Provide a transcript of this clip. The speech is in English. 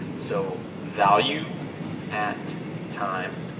so, value at time.